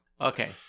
Okay